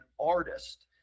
artist